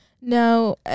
No